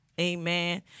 amen